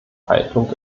haltung